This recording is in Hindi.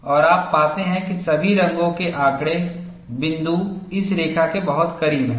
और आप पाते हैं कि सभी रंगों के आंकड़े बिंदु इस रेखा के बहुत करीब हैं